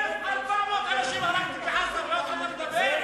1,400 אנשים הרגתם בעזה, אז יש לך על מה לדבר?